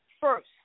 first